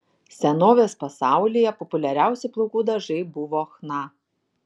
senovės pasaulyje populiariausi plaukų dažai buvo chna